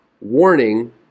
warning